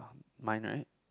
mine right